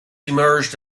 emerged